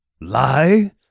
lie